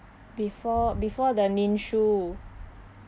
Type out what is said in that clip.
before before the ninshu